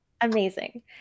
amazing